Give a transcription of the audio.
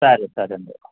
సరే సరే అండి